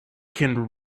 can